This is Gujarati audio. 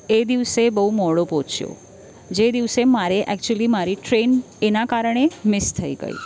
એ દિવસે બહુ મોડો પહોંચ્યો જે દિવસે મારે એકચ્યુલી મારી ટ્રેન એના કારણે મિસ થઈ ગઈ